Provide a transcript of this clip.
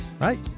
right